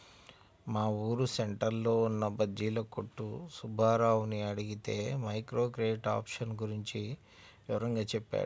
మా ఊరు సెంటర్లో ఉన్న బజ్జీల కొట్టు సుబ్బారావుని అడిగితే మైక్రో క్రెడిట్ ఆప్షన్ గురించి వివరంగా చెప్పాడు